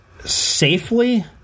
safely